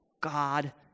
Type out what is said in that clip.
God